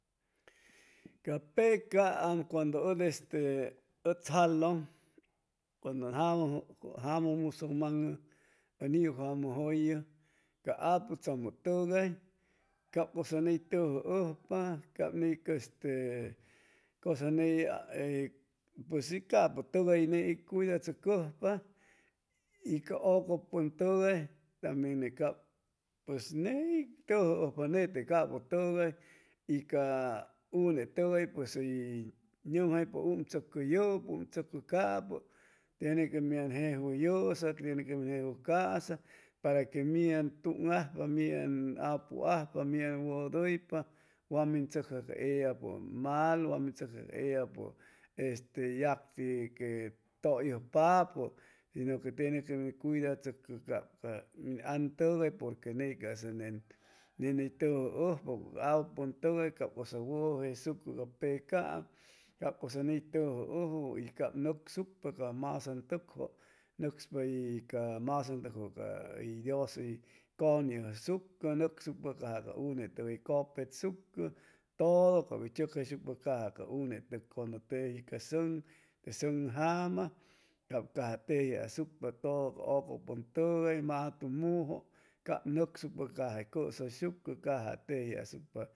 Ca pecaam cuando un este uts jalun cuando un jamus musuman'u u niujamuyu ca aputsamu tugay cab ney cusa u tujuujpa cab ney este cusa ney pues si capu tugay ney uy cuydatsucujpa y ca ucupun tugay tambien ni cab ne tujujpa nete capu tugay y ca une tugay pues y numjampa um tsucu yupu um tsucu capu tiene que mian tun' ajpa mian apuajpa mian wuduypa wamin tsucja ca ellapu mal wa min tsucja ellapu yacti que tujuypapu si nu que tiene que min cuydatsycu ca ca min an tugay porque ney casa nenitujuujpa ca apupun tugay cab casa wuju jesucu ca pecaam cab ney casa ne tujaujuwu y cab nucsucpa ca masan tucju nucspa y ca masan tucja ca uy dios uy caniusucu nucsucpa ca une tugay cupetsucu todo cab uy chucjay sucpa ca'ja ca une cuando teji ca sun te sun jama cab caja teji asucpa tudu ca ucupun tugay matumuju cab nucsucpa caja uy cusuysuccu caja teji asucpa.